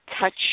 touch